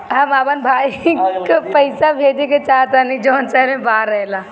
हम अपन भाई को पैसा भेजे के चाहतानी जौन शहर से बाहर रहेला